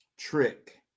Trick